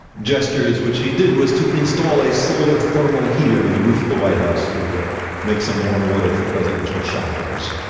gestures which he did was to install a solar thermal heater in the roof of the white house to make some warm water for presidential showers.